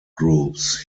groups